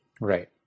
Right